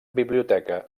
biblioteca